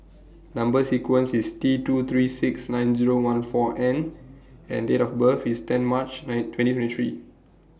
Number sequence IS T two three six nine Zero one four N and Date of birth IS ten March twenty twenty three